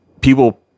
people